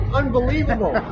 unbelievable